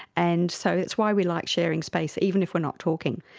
and so that's why we like sharing space, even if we're not talking.